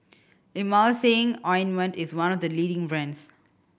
Emulsying Ointment is one of the leading brands